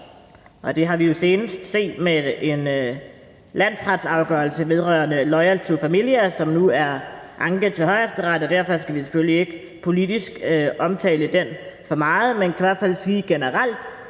Det har vi jo senest set med en landsretsafgørelse vedrørende Loyal To Familia, som nu er anket til Højesteret, og derfor skal vi selvfølgelig ikke politisk omtale den så meget. Men vi kan i hvert fald sige generelt,